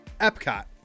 Epcot